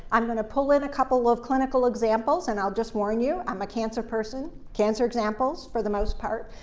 i'm going to pull in a couple of clinical examples, and i'll just warn you, i'm a cancer person, cancer examples for the most part,